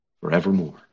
forevermore